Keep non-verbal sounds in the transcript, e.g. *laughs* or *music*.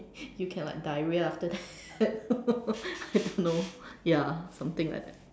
you can like diarrhea after that *laughs* I don't know ya something like that